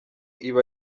iba